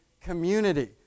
community